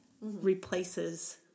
replaces